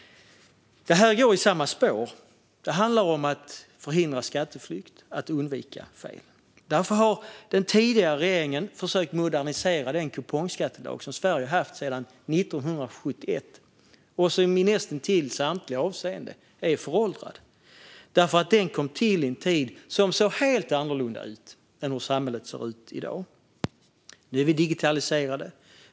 Det här går i samma spår. Det handlar om att förhindra skatteflykt och att undvika fel. Därför har den tidigare regeringen försökt modernisera den kupongskattelag som Sverige haft sedan 1971 och som är föråldrad i näst intill samtliga avseenden. Den kom till i en tid då samhället såg helt annorlunda ut än i dag. Nu är vi digitaliserade.